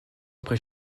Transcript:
après